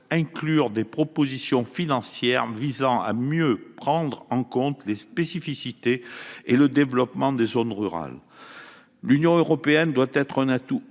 inclure des propositions financières pour mieux prendre en compte les spécificités du développement des zones rurales. L'Union européenne doit devenir un atout